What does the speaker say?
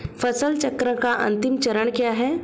फसल चक्र का अंतिम चरण क्या है?